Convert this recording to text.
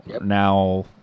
now